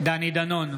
דני דנון,